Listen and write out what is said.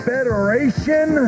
Federation